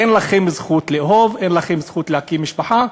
אין לכם זכות לאהוב, אין לכם זכות להקים משפחה.